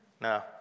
No